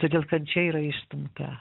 todėl kančia yra išstumta